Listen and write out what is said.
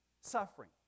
suffering